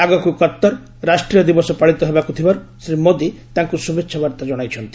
ଆଗକ୍ କତ୍ତର ରାଷ୍ଟ୍ରୀୟ ଦିବସ ପାଳିତ ହେବାକୁ ଥିବାରୁ ଶ୍ରୀ ମୋଦି ତାଙ୍କୁ ଶୁଭେଚ୍ଛା ବାର୍ତ୍ତା ଜଣାଇଛନ୍ତି